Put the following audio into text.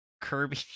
kirby